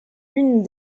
une